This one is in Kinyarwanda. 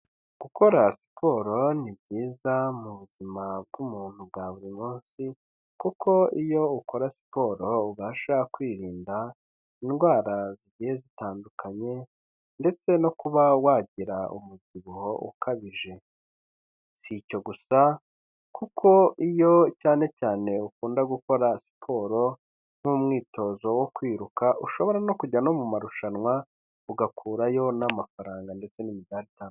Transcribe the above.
Gukora siporo ni byiza mu buzima bw'umuntu bwa buri munsi kuko iyo ukora siporo ubasha kwirinda indwara zigiye zitandukanye ndetse no kuba wagira umubyibuho ukabije. Si icyo gusa kuko iyo cyane cyane ukunda gukora siporo nk'umwitozo wo kwiruka ushobora no kujya no mu marushanwa ugakurayo n'amafaranga ndetse n'imidari itandukanye.